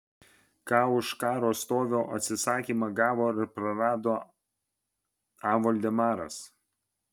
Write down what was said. ką už karo stovio atsisakymą gavo ar prarado a voldemaras